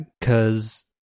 Cause